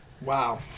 Wow